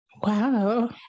Wow